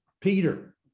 peter